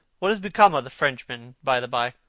what has become of the frenchman, by the bye?